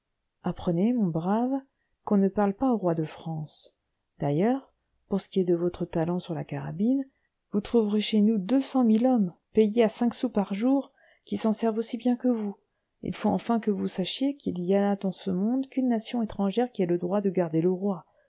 apprenez mon brave qu'on ne parle pas au roi de france d'ailleurs pour ce qui est de votre talent sur la carabine vous trouverez chez nous deux cent mille hommes payés à cinq sous par jour qui s'en servent aussi bien que vous il faut enfin que vous sachiez qu'il n'y a dans le monde qu'une nation étrangère qui ait le droit de garder le roi